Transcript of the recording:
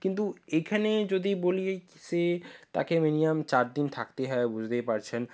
কিন্তু এইখানে যদি বলি ওই সে তাকে মিনিমাম চার দিন থাকতেই হবে বুঝতেই পারছেন